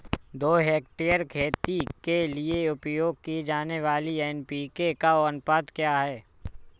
दो हेक्टेयर खेती के लिए उपयोग की जाने वाली एन.पी.के का अनुपात क्या है?